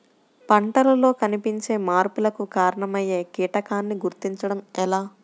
పంటలలో కనిపించే మార్పులకు కారణమయ్యే కీటకాన్ని గుర్తుంచటం ఎలా?